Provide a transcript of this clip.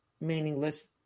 meaningless